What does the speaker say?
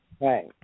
Right